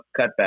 cutback